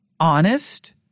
Honest